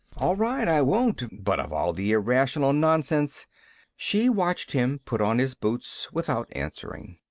all right, i won't. but of all the irrational nonsense she watched him put on his boots without answering.